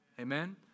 Amen